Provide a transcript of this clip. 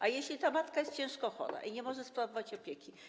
A jeśli matka jest ciężko chora i nie może sprawować opieki?